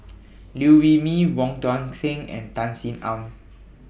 Liew Wee Mee Wong Tuang Seng and Tan Sin Aun